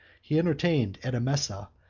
he entertained, at emesa,